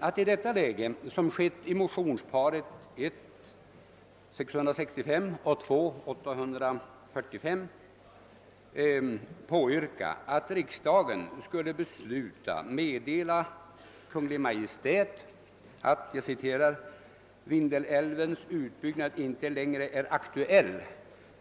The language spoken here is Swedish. Att i detta läge påyrka, vilket skett i motionsparet I: 665 och II: 845, att riksdagen skulle besluta meddela Kungl. Maj:t »att utbyggnaden av Vindelälven icke mer är aktuell»,